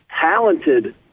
talented